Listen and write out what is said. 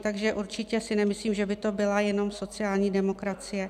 Takže si určitě nemyslím, že by to byla jenom sociální demokracie.